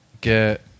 get